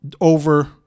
over